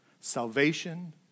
Salvation